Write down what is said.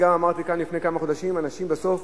גם אני אמרתי כאן לפני כמה חודשים: אנשים בסוף,